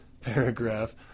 paragraph